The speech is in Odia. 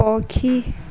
ପକ୍ଷୀ